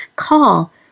Call